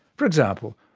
for example,